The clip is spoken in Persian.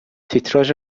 تیتراژ